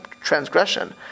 transgression